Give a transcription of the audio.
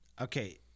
Okay